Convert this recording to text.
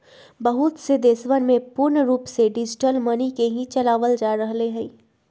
बहुत से देशवन में पूर्ण रूप से डिजिटल मनी के ही चलावल जा रहले है